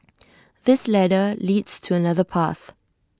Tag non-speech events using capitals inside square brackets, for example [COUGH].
[NOISE] this ladder leads to another path